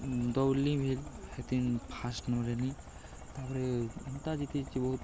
ଦୌଡ଼ଲିି ବି ହେଥି ଫାଷ୍ଟ୍ ନ ହେନି ତା'ପରେ ଏନ୍ତା ଜିତିଛେଁ ବହୁତ୍